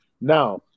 Now